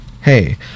Hey